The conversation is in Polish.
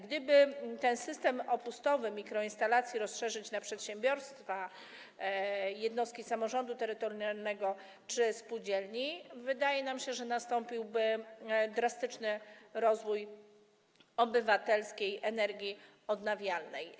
Gdyby ten system opustowy w przypadku mikroinstalacji rozszerzyć na przedsiębiorstwa, jednostki samorządu terytorialnego czy spółdzielnie, to, wydaje nam się, nastąpiłby drastyczny rozwój obywatelskiej energii odnawialnej.